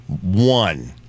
one